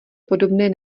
podobné